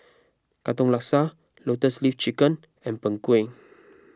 Katong Laksa Lotus Leaf Chicken and Png Kueh